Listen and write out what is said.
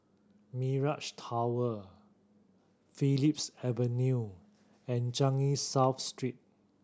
Mirage Tower Phillips Avenue and Changi South Street